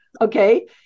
okay